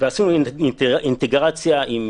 עשינו אינטגרציה עם